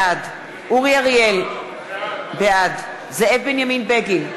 בעד אורי אריאל, בעד זאב בנימין בגין,